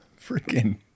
freaking